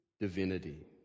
divinity